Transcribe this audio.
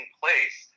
place